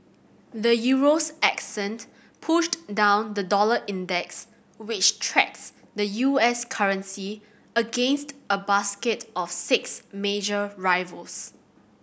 the Euro's ascent pushed down the dollar index which tracks the U S currency against a basket of six major rivals